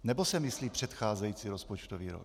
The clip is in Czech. Nebo se myslí předcházející rozpočtový rok?